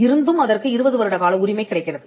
இருந்தும் அதற்கு 20 வருடகால உரிமை கிடைக்கிறது